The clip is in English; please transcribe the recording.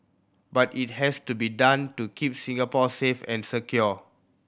but it has to be done to keep Singapore safe and secure